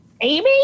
Amy